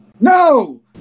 No